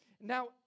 Now